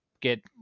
get